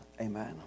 Amen